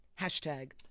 Hashtag